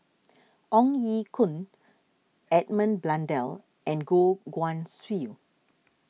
Ong Ye Kung Edmund Blundell and Goh Guan Siew